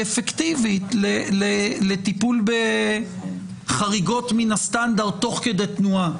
אפקטיבית לטיפול בחריגות מן הסטנדרט תוך כדי תנועה.